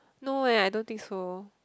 no eh I don't think so